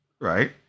right